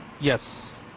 yes